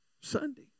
Sunday